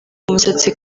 umusatsi